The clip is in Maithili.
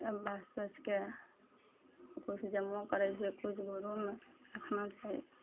एक बार सोचिके तऽ किछु जमो करय छै किछु घरोमे रखना छै